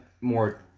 more